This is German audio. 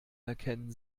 erkennen